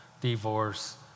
divorce